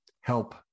help